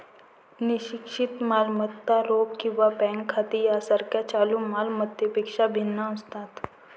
निश्चित मालमत्ता रोख किंवा बँक खाती यासारख्या चालू माल मत्तांपेक्षा भिन्न असतात